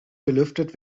belüftet